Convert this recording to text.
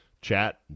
chat